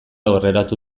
aurreratu